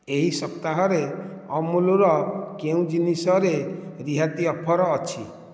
ଏହି ସପ୍ତାହରେ ଅମୁଲର କେଉଁ ଜିନିଷରେ ରିହାତି ଅଫର୍ ଅଛି